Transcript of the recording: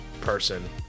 person